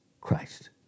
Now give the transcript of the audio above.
Christ